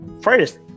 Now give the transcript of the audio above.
first